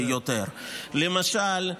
למשל,